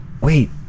wait